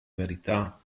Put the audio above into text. verità